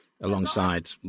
Alongside